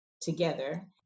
together